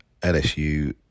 LSU